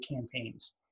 campaigns